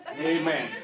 Amen